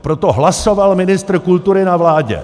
Pro to hlasoval ministr kultury na vládě!